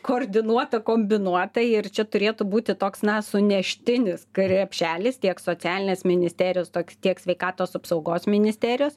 koordinuota kombinuota ir čia turėtų būti toks na suneštinis krepšelis tiek socialinės ministerijos toks tiek sveikatos apsaugos ministerijos